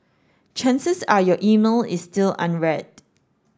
chances are your email is still unread